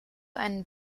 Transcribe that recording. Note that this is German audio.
einen